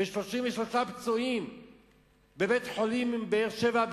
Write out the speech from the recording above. ו-33 פצועים בבית-החולים בבאר-שבע,